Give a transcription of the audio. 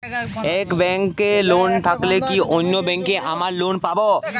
এক ব্যাঙ্কে লোন থাকলে কি অন্য ব্যাঙ্কে আবার লোন পাব?